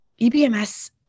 EBMS